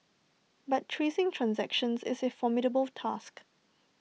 but tracing transactions is A formidable task